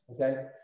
okay